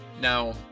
Now